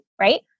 Right